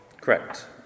Correct